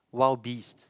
wild beasts